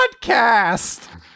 podcast